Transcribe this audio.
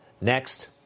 Next